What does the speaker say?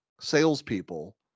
salespeople